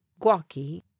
Guaki